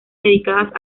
dedicadas